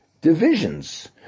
divisions